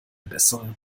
bessere